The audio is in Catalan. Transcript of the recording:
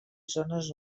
zones